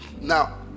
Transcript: Now